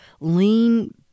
lean